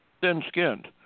thin-skinned